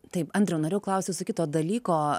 taip andriau norėjau klausti jūsų kito dalyko